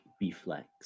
reflex